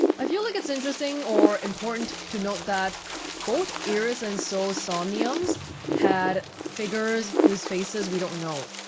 i feel like it's interesting or important to note that both iris and so's somniums had figures whose faces we don't know